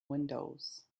windows